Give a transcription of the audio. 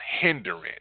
hindering